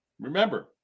remember